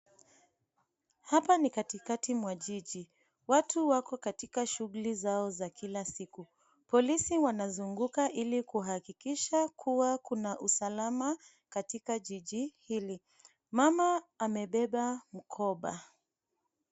Hapa ni katikati mwa jiji. Watu wako katika shughuli zao za kila siku. Polisi wanazunguka ili kuhakikisha, kuwa kuna usalama katika jiji hili. Mama amebeba mkoba.